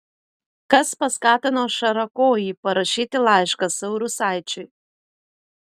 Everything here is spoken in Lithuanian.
kas paskatino šarakojį parašyti laišką saurusaičiui